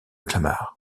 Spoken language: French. clamart